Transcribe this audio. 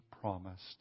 promised